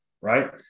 right